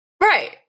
Right